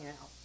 out